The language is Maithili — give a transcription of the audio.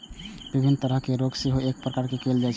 विभिन्न तरहक रोग मे सेहो एकर उपयोग कैल जाइ छै